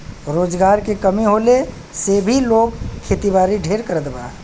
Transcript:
रोजगार के कमी होले से भी लोग खेतीबारी ढेर करत बा